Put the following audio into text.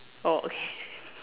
oh okay